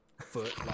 Foot